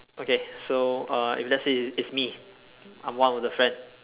okay so uh if let's say it it's me I'm one of the friend